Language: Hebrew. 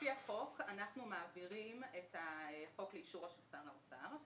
לפי החוק אנחנו מעבירים את החוק לאישור שר האוצר.